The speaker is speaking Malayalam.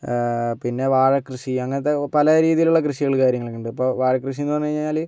പിന്നെ വാഴക്കൃഷി അങ്ങനത്തെ പല രീതിയിലുള്ള കൃഷികളും കാര്യങ്ങളൊക്കെയുണ്ട് ഇപ്പോൾ വാഴക്കൃഷിയെന്ന് പറഞ്ഞു കഴിഞ്ഞാൽ